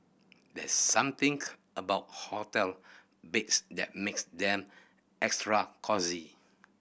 there's something about hotel beds that makes them extra cosy